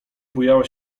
bujała